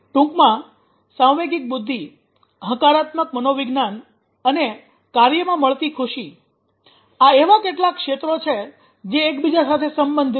ટૂંકમાં સાંવેગિક બુદ્ધિ હકારાત્મક મનોવિજ્ઞાન અને કાર્યમાં મળતી ખુશી આ એવા કેટલાક ક્ષેત્રો છે જે એકબીજા સાથે સંબંધિત છે